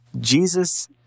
Jesus